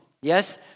yes